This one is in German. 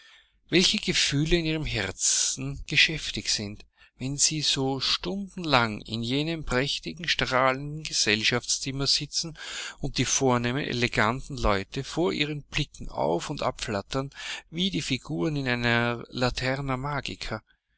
welche gefühle in ihrem herzen geschäftig sind wenn sie so stundenlang in jenem prächtigen strahlenden gesellschaftszimmer sitzen und die vornehmen eleganten leute vor ihren blicken auf und abflattern wie die figuren in einer